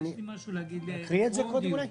יש לי משהו להגיד טרום דיון.